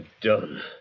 done